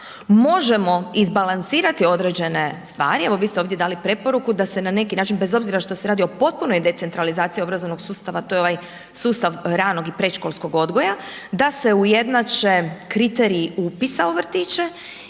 možemo izbalansirati određene stvari. Evo vi ste ovdje dali preporuku da se na neki način bez obzira što se radi o potpunoj decentralizaciji obrazovnog sustava, to je ovaj sustav ranog i predškolskog odgoja, da se ujednače kriteriji upisa u vrtiće